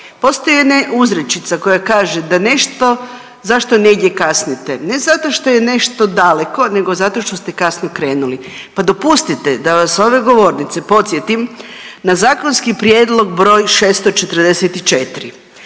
Postoji jedna uzrečica koja kaže da nešto, zašto negdje kasnite, ne zato što je nešto daleko nego zato što ste kasno krenuli, pa dopustite da vas s ove govornice podsjetim na zakonski prijedlog br. 644.